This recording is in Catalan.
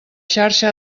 xarxa